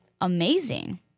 amazing